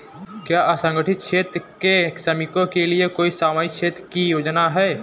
क्या असंगठित क्षेत्र के श्रमिकों के लिए कोई सामाजिक क्षेत्र की योजना है?